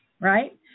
right